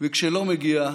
וכשלא מגיע,